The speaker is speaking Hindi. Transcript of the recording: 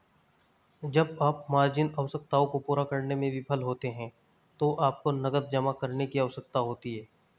जब आप मार्जिन आवश्यकताओं को पूरा करने में विफल होते हैं तो आपको नकद जमा करने की आवश्यकता होती है